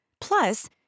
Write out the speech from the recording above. Plus